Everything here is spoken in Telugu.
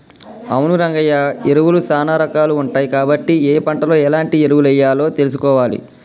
అవును రంగయ్య ఎరువులు సానా రాకాలు ఉంటాయి కాబట్టి ఏ పంటలో ఎలాంటి ఎరువులెయ్యాలో తెలుసుకోవాలి